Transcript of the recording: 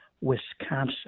Wisconsin